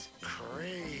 Crazy